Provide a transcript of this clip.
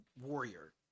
warrior